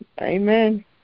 Amen